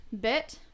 bit